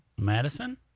Madison